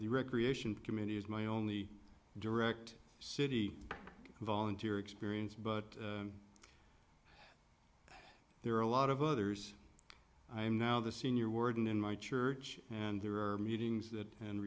the recreation committee is my only direct city volunteer experience but there are a lot of others i am now the senior warden in my church and there are meetings that and